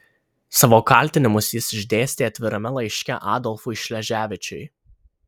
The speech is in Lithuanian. savo kaltinimus jis išdėstė atvirame laiške adolfui šleževičiui